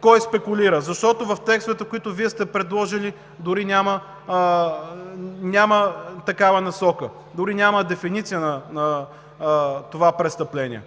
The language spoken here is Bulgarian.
кой спекулира, защото в текстовете, които Вие сте предложили, дори няма такава насока, дори няма дефиниция на това престъпление,